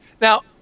Now